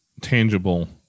tangible